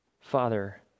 Father